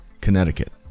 Connecticut